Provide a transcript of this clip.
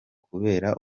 kubera